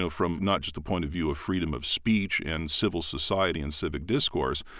so from not just the point of view of freedom of speech and civil society and civic discourse,